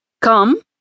Come